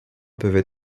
peuvent